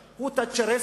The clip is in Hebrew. תאצ'ר.